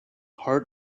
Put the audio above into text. heart